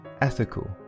ethical